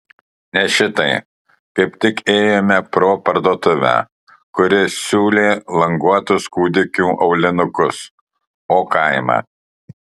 ne šitai kaip tik ėjome pro parduotuvę kuri siūlė languotus kūdikių aulinukus o kaimą